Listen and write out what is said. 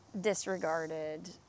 disregarded